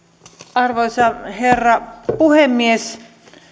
arvoisa herra puhemies